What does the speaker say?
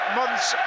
months